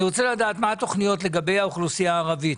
רוצה לדעת מה התוכניות לגבי האוכלוסייה הערבית.